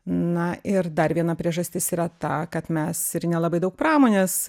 na ir dar viena priežastis yra ta kad mes ir nelabai daug pramonės